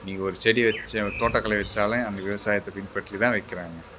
இன்றைக்கி ஒரு செடி வைச்சா தோட்டக்கலை வைச்சாலியும் அந்த விவசாயத்தை பின்பற்றி தான் வைக்கிறாங்க